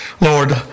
Lord